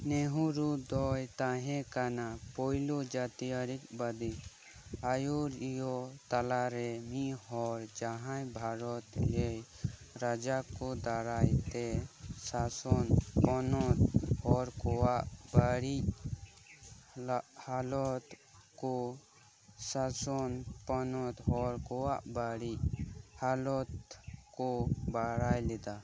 ᱱᱮᱦᱨᱩ ᱫᱚᱭ ᱛᱟᱦᱮᱸ ᱠᱟᱱᱟ ᱯᱩᱭᱞᱳ ᱡᱟᱹᱛᱤᱭᱟᱹᱨᱤ ᱵᱟᱹᱫᱤ ᱟᱹᱭᱩᱨᱤᱭᱟᱹ ᱛᱟᱞᱟᱨᱮ ᱢᱤᱫ ᱦᱚᱲ ᱡᱟᱦᱟᱸᱭ ᱵᱷᱟᱨᱚᱛ ᱨᱮᱱ ᱨᱟᱡᱟᱠᱚ ᱫᱟᱨᱟᱭᱛᱮ ᱥᱟᱥᱚᱱ ᱯᱚᱱᱚᱛ ᱦᱚᱲ ᱠᱚᱣᱟᱜ ᱵᱟᱹᱲᱤᱡ ᱞᱟᱜ ᱦᱟᱞᱚᱛ ᱠᱚ ᱥᱟᱥᱚᱱ ᱯᱚᱱᱚᱛ ᱦᱚᱲ ᱠᱚᱣᱟᱜ ᱵᱟᱹᱲᱤᱡ ᱦᱟᱞᱚᱛ ᱠᱚ ᱵᱟᱰᱟᱭ ᱞᱮᱫᱟ